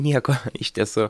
nieko iš tiesų